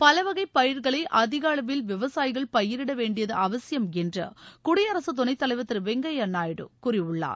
பலவகை பயிர்களை அதிக அளவில் விவசாயிகள் பயிரிட வேண்டியது அவசியம் என்று குடியரசு துணைத் தலைவர் திரு வெங்கைய நாயுடு கூறியுள்ளார்